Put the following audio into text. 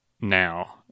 now